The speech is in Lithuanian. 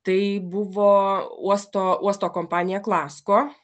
tai buvo uosto uosto kompanija klasco